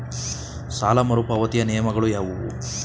ಸಾಲ ಮರುಪಾವತಿಯ ನಿಯಮಗಳು ಯಾವುವು?